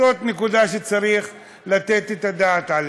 זאת נקודה שצריך לתת עליה את הדעת.